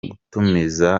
gutumiza